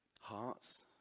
hearts